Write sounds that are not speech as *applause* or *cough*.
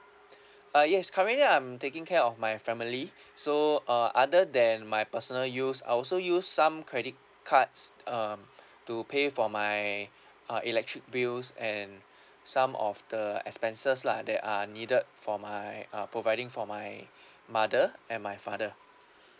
*breath* ah yes currently I'm taking care of my family *breath* so uh other than my personal use I also use some credit cards um *breath* to pay for my *breath* uh electric bills and *breath* some of the expenses lah that are needed for my uh providing for my *breath* mother and my father *breath*